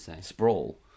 sprawl